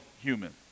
human